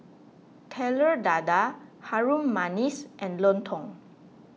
Telur Dadah Harum Manis and Lontong